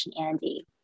Andy